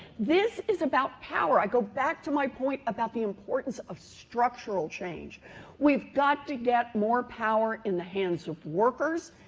this is about power. i go back to my point about the importance of structural change we've got to get more power in the hands of workers,